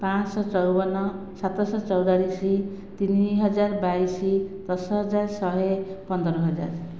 ପାଞ୍ଚଶହ ଚଉବନ ସାତଶହ ଚଉରାଳିଶ ତିନିହଜାର ବାଇଶ ଦଶ ହଜାର ଶହେ ପନ୍ଦର ହଜାର